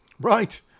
Right